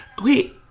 wait